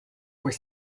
were